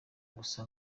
gusa